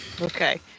okay